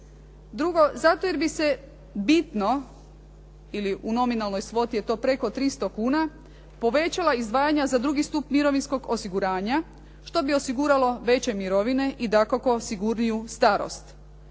Drugo, zato jer bi se bitno ili u nominalnoj svoti je to preko 300 kuna, povećala izdvajanja za 2. stup mirovinskog osiguranja, što bi osiguralo veće mirovine i dakako sigurniju starost.